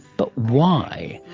but why?